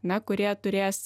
na kurie turės